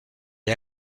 est